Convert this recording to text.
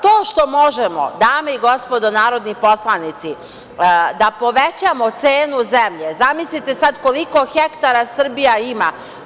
To što možemo, dame i gospodo narodni poslanici, da povećamo cenu zemlje, zamislite sad koliko hektara Srbija ima.